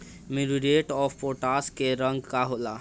Muriate of potash के रंग का होला?